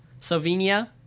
Slovenia